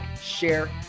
share